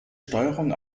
steuerung